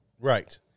Right